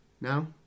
now